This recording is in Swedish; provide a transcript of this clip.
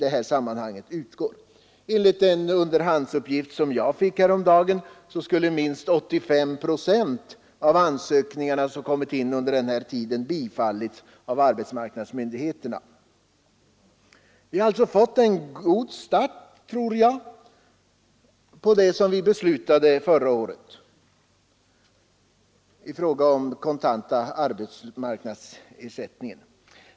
Enligt en underhandsuppgift som jag fick häromdagen skulle minst 85 procent av ansökningarna ha bifallits av arbetsmarknadsmyndigheterna. Vi har alltså fått en god start på det som vi beslutade om förra året.